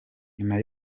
nyuma